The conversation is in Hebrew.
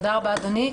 תודה רבה, אדוני.